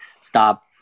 stop